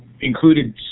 included